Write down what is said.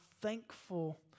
thankful